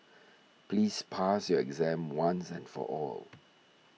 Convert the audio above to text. please pass your exam once and for all